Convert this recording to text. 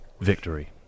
victory